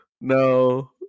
No